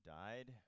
died